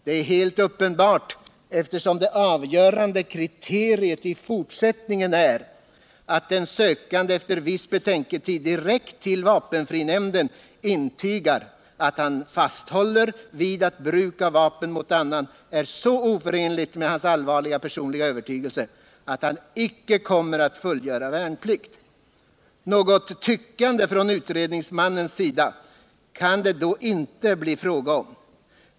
Detta är ju helt uppenbart, eftersom det avgörande kriteriet i fortsättningen är att den sökande efter viss betänketid direkt till vapenfrinämnden intygar att han fasthåller vid att bruk av vapen mot annan är så oförenligt med hans allvarliga personliga övertygelse att han icke kommer att fullgöra värnplikt. Något tyckande från utredningsmannens sida kan det ju då inte bli fråga om.